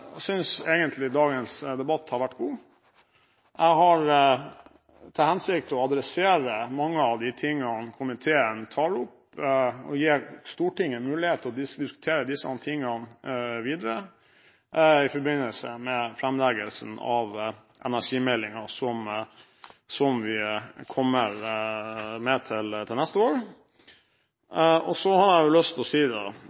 egentlig synes dagens debatt har vært god. Jeg har til hensikt å adressere mange av de tingene komiteen tar opp, og gi Stortinget mulighet til å diskutere disse tingene videre i forbindelse med framleggelsen av energimeldingen som vi kommer med til neste år.